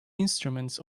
instruments